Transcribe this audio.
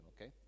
okay